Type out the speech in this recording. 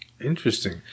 Interesting